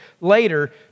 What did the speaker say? later